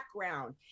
background